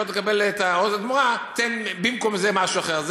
לא תקבל את ה"עוז לתמורה" תן במקום זה משהו אחר.